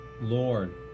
Lord